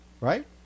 Right